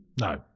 No